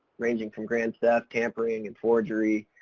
ranging from grand theft, tampering, and forgery.